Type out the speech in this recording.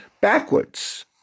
backwards